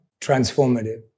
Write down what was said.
transformative